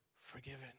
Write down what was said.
forgiven